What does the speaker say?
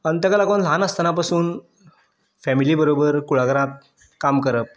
तेका लागोन ल्हान आसतना पासून फॅमिली बरोबर कुळागरांत काम करप